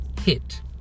hit